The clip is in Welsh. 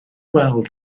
weld